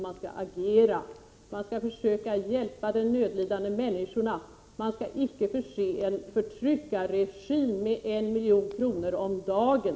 Man måste försöka hjälpa de nödlidande människorna. Man skall inte förse en förtryckarregim med 1 milj.kr. om dagen.